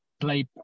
play